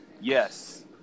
yes